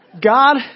God